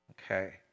Okay